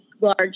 large